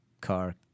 car